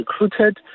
recruited